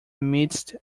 midst